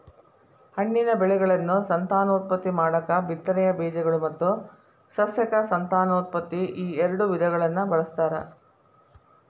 ಹಣ್ಣಿನ ಬೆಳೆಗಳನ್ನು ಸಂತಾನೋತ್ಪತ್ತಿ ಮಾಡಾಕ ಬಿತ್ತನೆಯ ಬೇಜಗಳು ಮತ್ತು ಸಸ್ಯಕ ಸಂತಾನೋತ್ಪತ್ತಿ ಈಎರಡು ವಿಧಗಳನ್ನ ಬಳಸ್ತಾರ